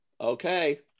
Okay